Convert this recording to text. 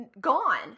gone